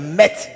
met